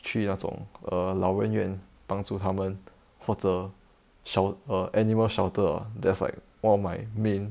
去那种 err 老人院帮助他们或者 shel~ err animal shelter ah that's like one of my main